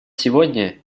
сегодня